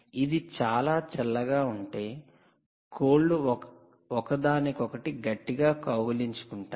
ఇది చాలా చల్లగా ఉంటే కోళ్లు ఒకదానికొకటి గట్టిగా కౌగిలించుకుంటాయి